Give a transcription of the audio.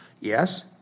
Yes